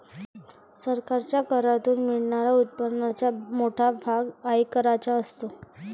सरकारच्या करातून मिळणाऱ्या उत्पन्नाचा मोठा भाग आयकराचा असतो